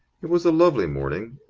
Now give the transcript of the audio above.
it was a lovely morning,